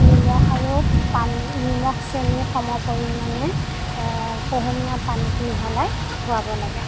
নিমখ আৰু নিমখ চেনি সম পৰিমাণে কুহুঁমিয়া পানীত মিহলাই খোৱাব লাগে